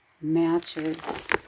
matches